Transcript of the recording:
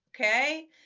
Okay